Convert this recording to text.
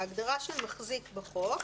ההגדרה של "מחזיק" בחוק